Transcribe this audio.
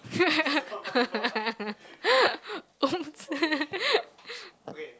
!oops!